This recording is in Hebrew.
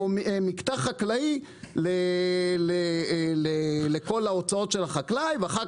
או מקטע חקלאי לכל ההוצאות של החקלאי ואחר